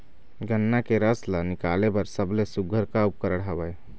गन्ना के रस ला निकाले बर सबले सुघ्घर का उपकरण हवए?